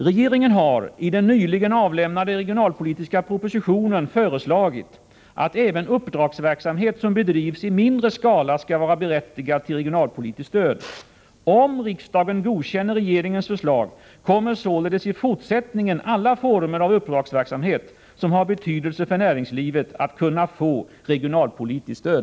Regeringen har i den nyligen avlämnade regionalpolitiska propositionen föreslagit att även uppdragsverksamhet som bedrivs i mindre skala skall vara berättigad till regionalpolitiskt stöd. Om riksdagen godkänner regeringens förslag kommer således i fortsättningen alla former av uppdragsverksamhet som har betydelse för näringslivet att kunna få regionalpolitiskt stöd.